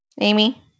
Amy